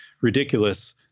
ridiculous